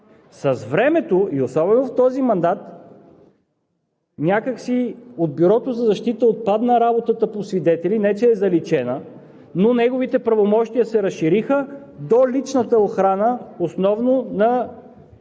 С времето, и особено в този мандат, някак си от Бюрото за защита отпадна работата по свидетели. Не че е заличена, но неговите правомощия се разшириха до личната охрана основно на